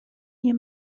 nie